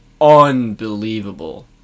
unbelievable